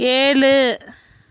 ஏழு